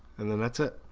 and then that's it